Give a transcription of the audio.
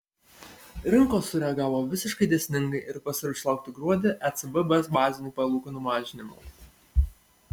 rinkos sureagavo visiškai dėsningai ir pasiruošė laukti gruodį ecb bazinių palūkanų mažinimo